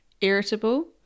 irritable